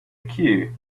queue